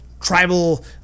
tribal